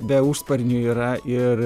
be užsparnių yra ir